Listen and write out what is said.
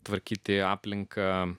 tvarkyti aplinką